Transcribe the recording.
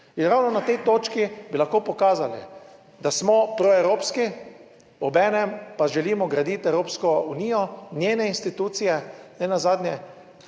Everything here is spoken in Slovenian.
In ravno na tej točki bi lahko pokazali, da smo proevropski, obenem pa želimo graditi Evropsko unijo, njene institucije, nenazadnje